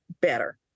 better